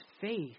faith